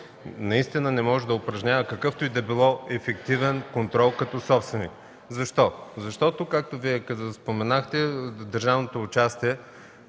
реално не може да упражнява какъвто и да било ефективен контрол като собственик. Защо? Защото, както Вие споменахте, държавното участие